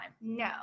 No